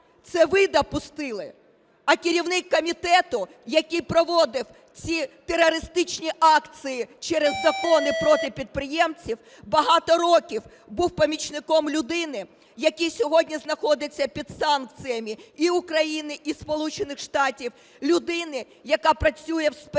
це ви допустили. А керівник комітету, який проводив ці терористичні акції через закони проти підприємців, багато років був помічником людини, яка сьогодні знаходиться під санкціями, і України, і Сполучених Штатів, людини, яка працює у спецорганах